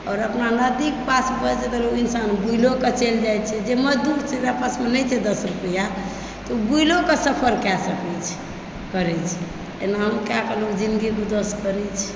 आओर अपना नजदीक पासपर तऽ इंसान बुलिओकेँ चलि जाइत छै जे मजदूर छै जकरा पासमे नहि छै दस रुपैआ ओ बुलिओ कऽ सफर कए सकै छै करै छै एना कए कऽ जिनगी गुजर करै छै